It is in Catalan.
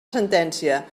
sentència